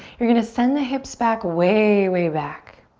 you're gonna send the hips back way, way back.